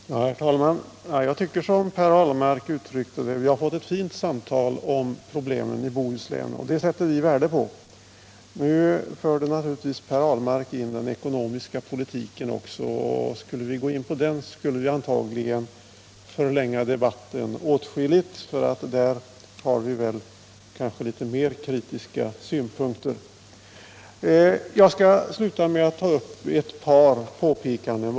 Herr talman! Jag tycker liksom Per Ahlmark att det har varit ett fint samtal om problemen i Bohuslän, och jag sätter värde på det. Per Ahlmark förde även in frågan om den ekonomiska politiken, men skulle den tas upp bleve det antagligen nödvändigt att förlänga debatten åtskilligt, eftersom vi i fråga om den ekonomiska politiken kanske har något mer kritiska synpunkter. Jag vill också göra ett par påpekanden.